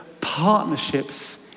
partnerships